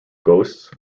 ghosts